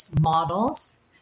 models